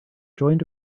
joined